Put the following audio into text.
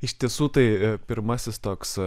iš tiesų tai pirmasis toks